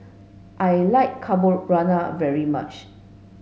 I like Carbonara very much